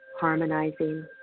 harmonizing